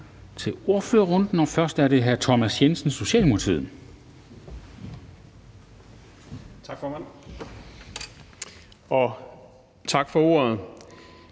til ordførerrunden, og først er det hr. Thomas Jensen, Socialdemokratiet. Kl. 10:24 (Ordfører)